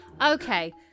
Okay